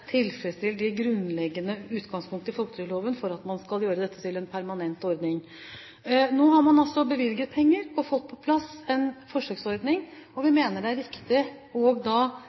en permanent ordning. Nå har man altså bevilget penger og fått på plass en forsøksordning. Vi mener det er